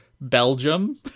Belgium